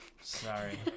sorry